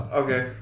okay